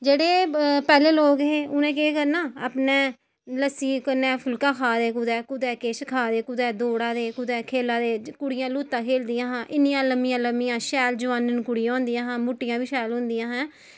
जेह्ड़े पैह्लें लोग हे उनें केह् करना अपने लस्सी कन्नै फुल्का खा दे कुदै कुदै किश खा दे कुदै दौड़ा दे कुदै खेला दे कुड़ियां लूत्ता खेल दियां हियां इन्नियां लम्मियां लम्मियां शैल जोआनन कुड़ियां होंदियां मुट्टियां बी शैल होंदियां हियां